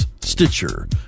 Stitcher